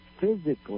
physically